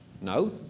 No